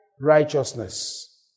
Righteousness